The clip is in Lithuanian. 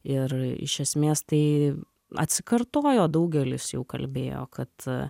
ir iš esmės tai atsikartojo daugelis jau kalbėjo kad